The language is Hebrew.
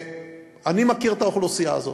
ואני מכיר את האוכלוסייה הזאת,